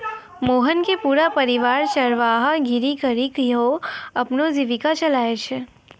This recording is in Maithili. मोहन के पूरा परिवार चरवाहा गिरी करीकॅ ही अपनो जीविका चलाय छै